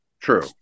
true